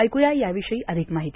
ऐकूया याविषयी अधिक माहिती